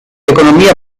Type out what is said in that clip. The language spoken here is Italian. economia